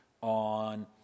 on